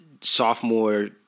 Sophomore